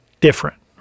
different